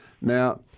Now